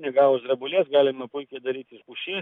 negavus drebulės galima puikiai daryti iš pušies